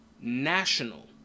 national